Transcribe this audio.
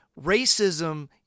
Racism